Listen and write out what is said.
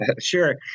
Sure